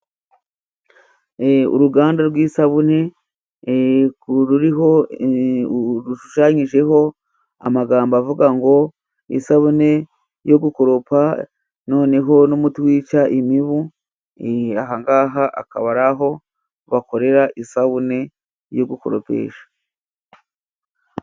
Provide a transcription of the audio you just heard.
Uruganda rw'isabune ruriho, rushushanyijeho amagambo avuga ngo : "isabune yo gukoropa", noneho n'umuti wica imibu. Aha ngaha akaba ari aho bakorera isabune yo gukoropesha.